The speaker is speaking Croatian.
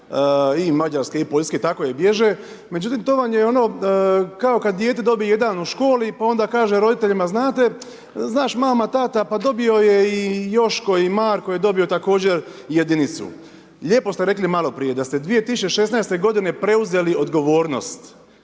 i Mađarske i Poljske, tako je bježe, međutim to vam je ono kao kad dijete dobije 1 u školi pa onda kaže roditeljima znate, znaš mama, tata pa dobio je i Joško i Marko je također dobio jedinicu. Lijepo ste rekli maloprije da ste 2016. godine preuzeli odgovornost